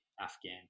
Afghan